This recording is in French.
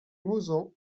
mauzan